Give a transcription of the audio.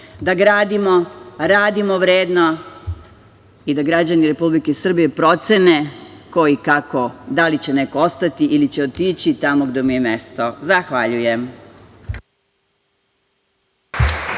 da gradimo, radimo vredno i da građani Republike Srbije procene ko i kako, da li će neko ostati ili će otići tamo gde mu je mesto. Zahvaljujem.